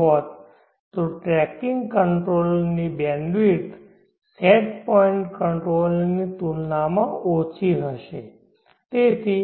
હોત તો tracking controller ની બેન્ડવિડ્થ સેટ પોઇન્ટ કંટ્રોલર ની તુલનામાં ઓછી હશે તેથી